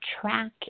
track